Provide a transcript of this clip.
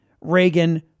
reagan